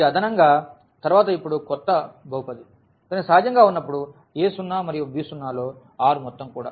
ఈ అదనంగా తర్వాత ఇప్పుడు కొత్త బహుపది కానీ సహజంగా ఉన్నప్పుడుa0 మరియు b0 లో R మొత్తం కూడా